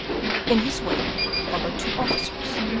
in his wake followed two officers,